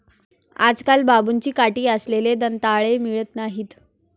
आजकाल बांबूची काठी असलेले दंताळे मिळत नाहीत